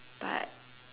but